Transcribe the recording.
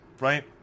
right